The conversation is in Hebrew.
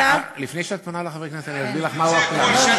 לפני שאת פונה לחברי הכנסת, אסביר לך מה הוא הכלל.